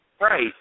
Right